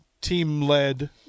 team-led –